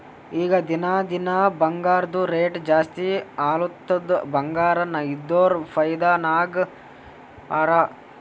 ಈಗ ದಿನಾ ದಿನಾ ಬಂಗಾರ್ದು ರೇಟ್ ಜಾಸ್ತಿ ಆಲತ್ತುದ್ ಬಂಗಾರ ಇದ್ದೋರ್ ಫೈದಾ ನಾಗ್ ಹರಾ